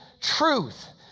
truth